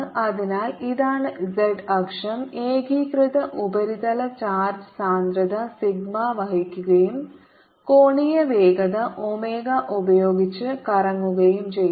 അതിനാൽ ഇതാണ് z അക്ഷം ഏകീകൃത ഉപരിതല ചാർജ് സാന്ദ്രത സിഗ്മ വഹിക്കുകയും കോണീയ വേഗത ഒമേഗ ഉപയോഗിച്ച് കറങ്ങുകയും ചെയ്യുന്നത്